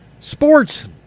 sports